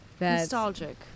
Nostalgic